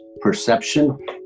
perception